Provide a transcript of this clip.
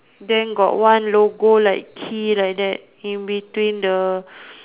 then got one logo like key like that in between the